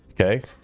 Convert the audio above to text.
Okay